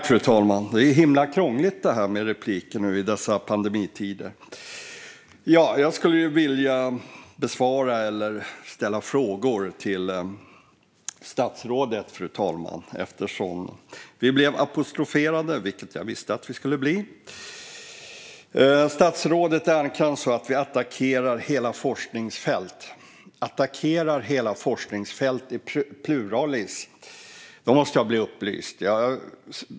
Fru talman! Jag skulle vilja både besvara frågor och ställa frågor till statsrådet eftersom vi blev apostroferade, vilket jag visste att vi skulle bli. Statsrådet Ernkrans sa att vi attackerar hela forskningsfält - forskningsfält i pluralis. Då måste jag bli upplyst.